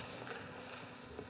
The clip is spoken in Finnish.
kiitos